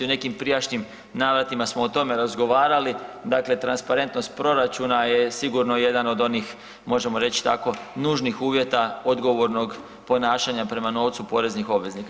U nekim prijašnjim naletima smo o tome razgovarali, dakle transparentnost proračuna je sigurno jedan od onih možemo reći tako nužnih uvjeta odgovornog ponašanja prema novcu poreznih obveznika.